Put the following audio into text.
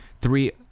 three